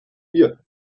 vier